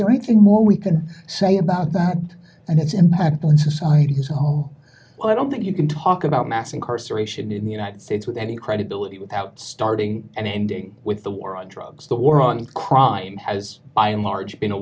there anything more we can say about that and its impact on society as a whole i don't think you can talk about mass incarceration in the united states with any credibility without starting and ending with the war on drugs the war on crime has by and large